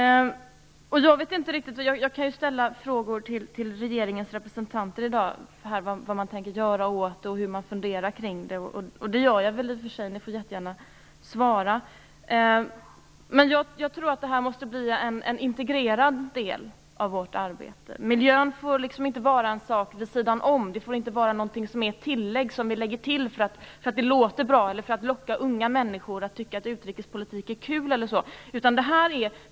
Jag vill till regeringens representanter i dag ställa frågor om vad man tänker göra åt detta och hur man funderar kring det, och jag vill mycket gärna att ni svarar på dem. Jag tror att den här problematiken måste bli en integrerad del av vårt arbete. Miljön får inte bli något vid sidan om, något som vi lägger till därför att det låter bra eller för att locka unga människor att tycka att utrikespolitik är kul.